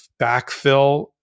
backfill